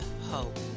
hope